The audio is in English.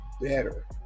better